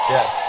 Yes